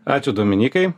ačiū dominykai